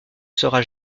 sera